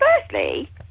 firstly